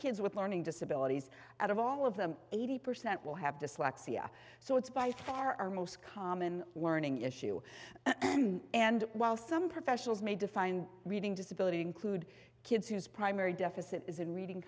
kids with learning disabilities out of all of them eighty percent will have dyslexia so it's by far our most common learning issue and while some professionals may define reading disability include kids whose primary deficit is in reading